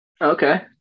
Okay